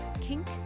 Kink